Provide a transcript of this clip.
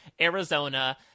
Arizona